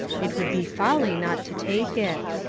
it would be folly not to take it.